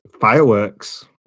fireworks